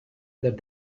that